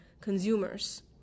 consumers